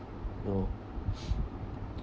bro